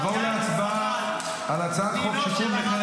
נעבור להצבעה על הצעת חוק שיקום נכי